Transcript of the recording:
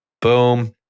Boom